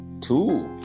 Two